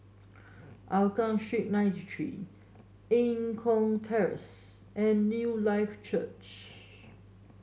Hougang Street ninety three Eng Kong Terrace and Newlife Church